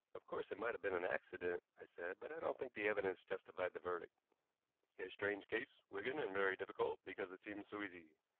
of course it might have been an accident, i said, but i don't think the evidence justified the verdict. a strange case, wigan, and very difficult because it seems so easy.